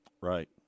Right